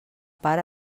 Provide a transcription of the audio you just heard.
part